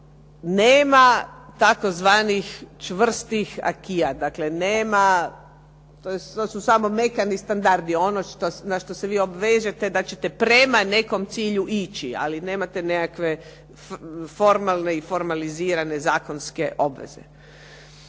nema tzv. čvrstih acquisa, dakle nema to su samo mekani standardi. Ono na što se vi obvezujete da ćete prema nekom cilju ići, ali nemate nekakve formalne i formalizirane zakonske obveze.